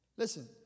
Listen